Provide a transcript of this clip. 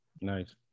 Nice